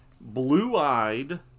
blue-eyed